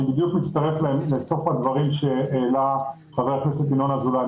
אני בדיוק מצטרף לסוף הדברים שאמר חבר הכנסת ינון אזולאי.